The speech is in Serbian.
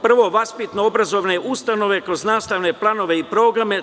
Prvo, vaspitno-obrazovne ustanove kroz nastavne planove i programe.